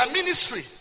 ministry